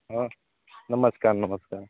हँ नमस्कार नमस्कार